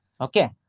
Okay